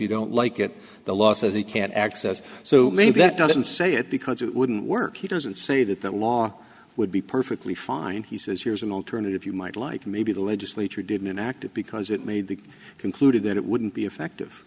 you don't like it the law says he can't access so that doesn't say it because it wouldn't work he doesn't say that that law would be perfectly fine he says here's an alternative you might like maybe the legislature didn't enact it because it made the concluded that it wouldn't be effective